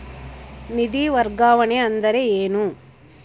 ನಿಧಿ ವರ್ಗಾವಣೆ ಅಂದರೆ ಏನು?